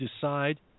decide